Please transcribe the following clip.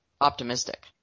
optimistic